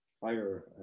Fire